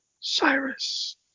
Cyrus